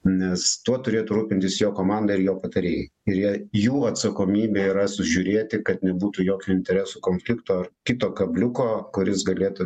nes tuo turėtų rūpintis jo komanda ir jo patarėjai kurie jų atsakomybė yra sužiūrėti kad nebūtų jokio interesų konflikto ar kito kabliuko kuris galėtų